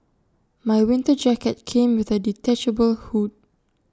my winter jacket came with A detachable hood